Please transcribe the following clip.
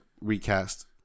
recast